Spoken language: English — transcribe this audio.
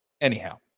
Anyhow